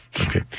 Okay